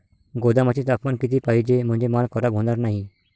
गोदामाचे तापमान किती पाहिजे? म्हणजे माल खराब होणार नाही?